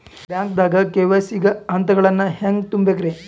ಬ್ಯಾಂಕ್ದಾಗ ಕೆ.ವೈ.ಸಿ ಗ ಹಂತಗಳನ್ನ ಹೆಂಗ್ ತುಂಬೇಕ್ರಿ?